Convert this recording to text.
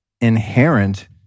inherent